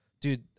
Dude